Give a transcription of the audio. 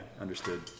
Understood